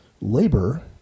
labor